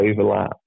overlap